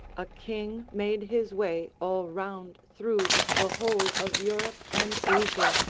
a king made his way all round through the whole of europe and asia,